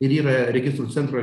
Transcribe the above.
ir yra registrų centro